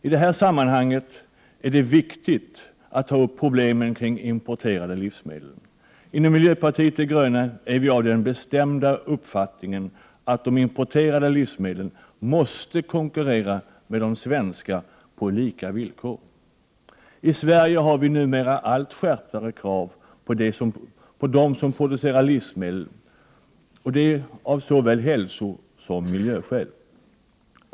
I det här sammanhanget är det viktigt att ta upp problemen kring importerade livsmedel. Inom miljöpartiet de gröna är vi av den bestämda uppfattningen att de importerade livsmedlen måste konkurrera med de svenska på lika villkor. I Sverige har vi numera alltmer skärpta krav på dem som producerar livsmedel, av såväl hälsosom miljöskäl.